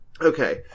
Okay